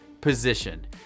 position